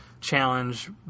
Challenge